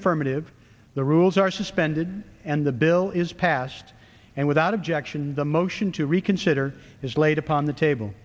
affirmative the rules are suspended and the bill is passed and without objection the motion to reconsider is laid upon the table